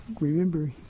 remember